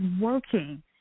working